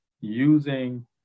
using